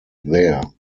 there